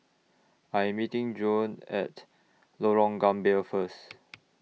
I Am meeting Jon At Lorong Gambir First